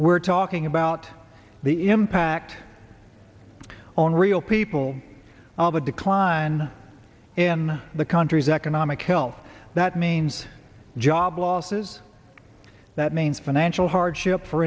we're talking about the impact on real people all the decline in the country's economic health that means job losses that means financial hardship for